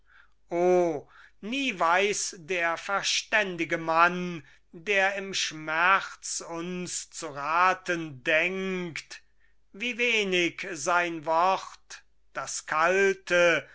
nie weiß der verständige mann der im schmerz uns zu raten denkt wie wenig sein wort das kalte